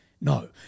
No